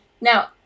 Now